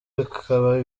bikaba